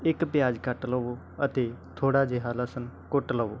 ਇੱਕ ਪਿਆਜ ਕੱਟ ਲਵੋ ਅਤੇ ਥੋੜ੍ਹਾ ਜਿਹਾ ਲਸਣ ਕੁੱਟ ਲਓ